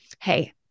hey